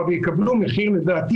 תסביר לי.